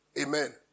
Amen